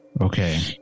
Okay